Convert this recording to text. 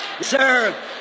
Sir